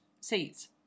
seats